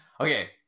Okay